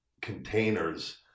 containers